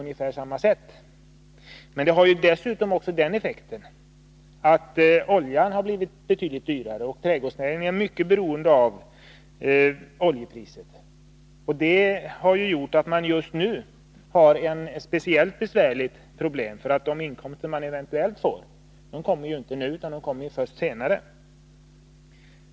Men devalveringen har också haft den effekten att oljan har blivit betydligt dyrare, och trädgårdsnäringen är mycket beroende av oljepriset. Det har medfört att näringen just nu har ett speciellt besvärligt problem, då de inkomster som trädgårdsodlarna eventuellt får inte kommer nu, utan först senare.